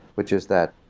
which is that,